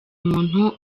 muntu